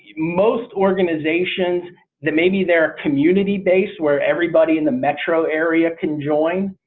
most organizations that maybe there are community-based where everybody in the metro area can join